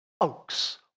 oaks